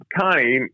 Connie